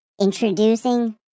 introducing